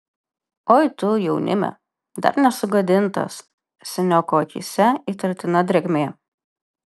oi tu jaunime dar nesugadintas senioko akyse įtartina drėgmė